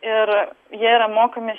ir jie yra mokami